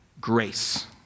grace